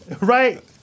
Right